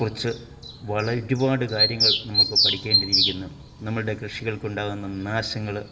കുറിച്ച് വള ഒരുപാട് കാര്യങ്ങൾ നമ്മൾക്ക് പഠിക്കേണ്ടിയിരിക്കുന്നു നമ്മളുടെ കൃഷികൾക്കുണ്ടാകുന്ന നാശങ്ങള്